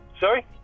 Sorry